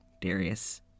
Darius